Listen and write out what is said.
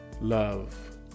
love